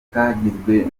kagizwe